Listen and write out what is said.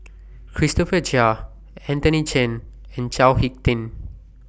Christopher Chia Anthony Chen and Chao Hick Tin